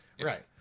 right